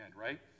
right